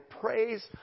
praise